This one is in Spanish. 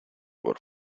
por